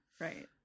right